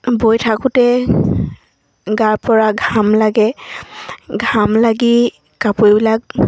বৈ থাকোঁতে গাৰ পৰা ঘাম লাগে ঘাম লাগি কাপোৰবিলাক